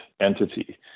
entity